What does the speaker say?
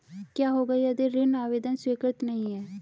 क्या होगा यदि ऋण आवेदन स्वीकृत नहीं है?